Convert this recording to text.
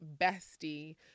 bestie